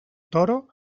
toro